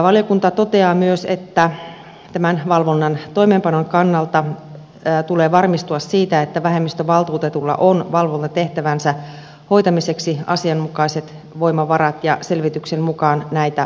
valiokunta toteaa myös että tämän valvonnan toimeenpanon kannalta tulee varmistua siitä että vähemmistövaltuutetulla on valvontatehtävänsä hoitamiseksi asianmukaiset voimavarat ja selvityksen mukaan näitä resurssitarpeita parhaillaan arvioidaan